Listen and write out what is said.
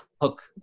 hook